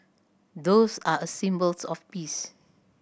doves are a symbols of peace